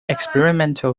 experimental